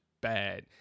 bad